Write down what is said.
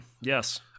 yes